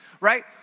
right